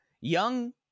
young